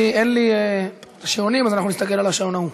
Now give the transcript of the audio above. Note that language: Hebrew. אין לי שעונים, אז אנחנו נסתכל על השעון ההוא.